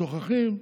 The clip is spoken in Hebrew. שוכחים,